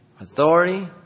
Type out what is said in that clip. Authority